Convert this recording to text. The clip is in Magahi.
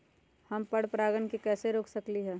हम पर परागण के कैसे रोक सकली ह?